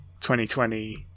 2020